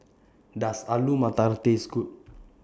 Does Alu Matar Taste Good